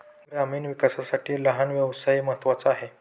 ग्रामीण विकासासाठी लहान व्यवसाय महत्त्वाचा आहे